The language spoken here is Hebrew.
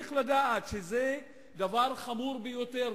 צריך לדעת שזה דבר חמור ביותר,